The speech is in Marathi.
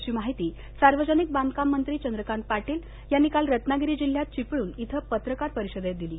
अशी माहिती सार्वजनिक बांधकामंत्री चंद्रकांत पाटील यांनी काल रत्नागिरी जिल्ह्यात चिपळूण इथं पत्रकार परिषदेत दिली